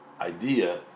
idea